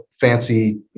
fancy